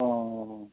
অঁ